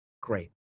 great